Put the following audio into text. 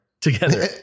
together